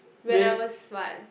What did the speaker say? when I was what